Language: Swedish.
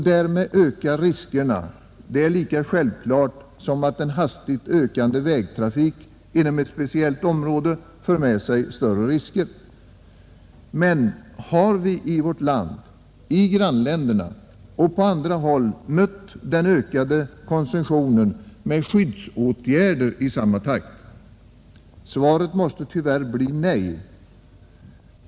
Därmed ökar riskerna — det är lika självklart som att en hastigt ökande vägtrafik inom ett speciellt område för med sig större risker. Men har vi i vårt land, i grannländerna och på andra håll mött den ökande konsumtionen med skyddsåtgärder i samma takt? Svaret måste tyvärr bli nej.